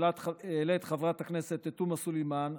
חברת הכנסת תומא סלימאן,